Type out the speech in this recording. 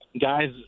Guys